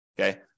Okay